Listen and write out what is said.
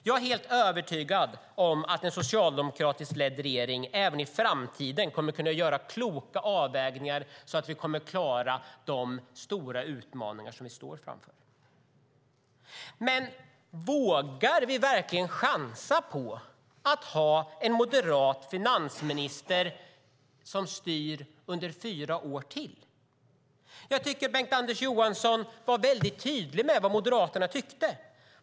Jag är helt övertygad om att en socialdemokratiskt ledd regering även i framtiden kommer att kunna göra kloka avvägningar och klara de stora utmaningar som vi står inför. Men vågar vi verkligen chansa på att ha en moderat finansminister som styr under fyra år till? Bengt-Anders Johansson var tydlig med vad Moderaterna tycker.